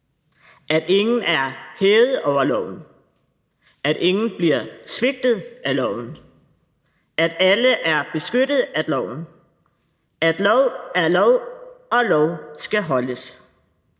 at ingen er hævet over loven; at ingen bliver svigtet af loven; at alle er beskyttet af loven; at lov er lov og lov skal holdes.